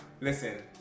Listen